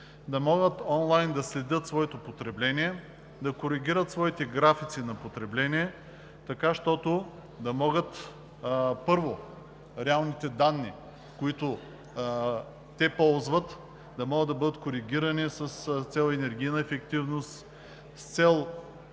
да могат онлайн да следят своето потребление, да коригират своите графици за потребление така, че, първо, реалните данни, които те ползват, да могат да бъдат коригирани с цел енергийна ефективност, с цел